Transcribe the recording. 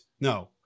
No